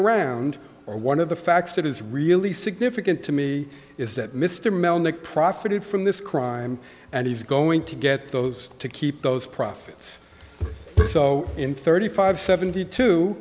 around or one of the facts that is really significant to me is that mr melnyk profited from this crime and he's going to get those to keep those profits in thirty five seventy two